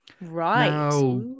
Right